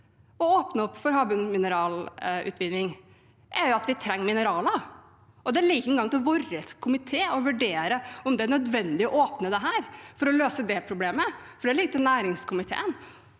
å åpne opp for havbunnsmineralutvinning er at vi trenger mineraler. Det ligger ikke engang til vår komité å vurdere om det er nødvendig å åpne dette for å løse det problemet, for det ligger til næringskomiteen.